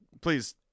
please